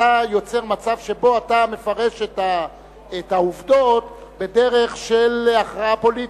אתה יוצר מצב שבו אתה מפרש את העובדות בדרך של הכרעה פוליטית,